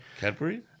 Cadbury